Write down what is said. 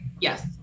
Yes